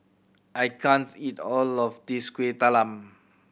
I can't eat all of this Kueh Talam